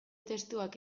testuak